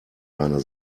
deiner